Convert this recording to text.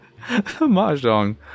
mahjong